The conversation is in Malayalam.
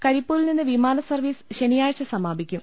കരിപ്പൂരിൽ നിന്ന് വിമാന സർവീസ് ശനിയാഴ്ച സമാപിക്കും